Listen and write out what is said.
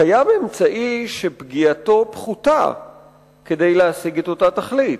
קיים אמצעי שפגיעתו פחותה כדי להשיג את אותה תכלית.